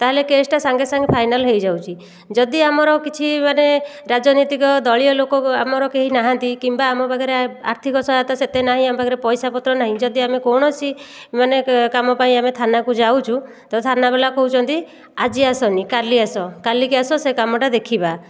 ତାହେଲେ କେସ୍ଟା ସାଙ୍ଗେ ସାଙ୍ଗେ ଫାଇନାଲ୍ ହୋଇଯାଉଛି ଯଦି ଆମର କିଛି ମାନେ ରାଜନୈତିକ ଦଳୀୟ ଲୋକଙ୍କ ଆମର କେହି ନାହାନ୍ତି କିମ୍ବା ଆମ ପାଖରେ ଆର୍ଥିକ ସହାୟତା ସେତେ ନାହିଁ ଆମ ପାଖରେ ପଇସାପତ୍ର ନାହିଁ ଯଦି ଆମେ କୌଣସି ମାନେ କାମ ପାଇଁ ଆମେ ଥାନାକୁ ଯାଉଛୁ ତ ଥାନାବାଲା କହୁଛନ୍ତି ଆଜି ଆସନି କାଲି ଆସ କାଲିକି ଆସ ସେ କାମଟା ଦେଖିବା